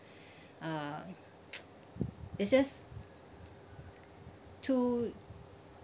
uh it's just too